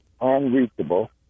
unreachable